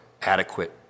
adequate